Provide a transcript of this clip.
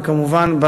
וכמובן,